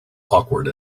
awkward